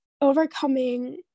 overcoming